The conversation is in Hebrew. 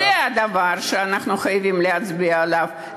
זה הדבר שאנחנו חייבים להצביע עליו,